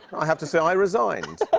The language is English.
i have to say i resigned.